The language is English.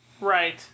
Right